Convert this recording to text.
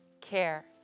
care